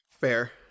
Fair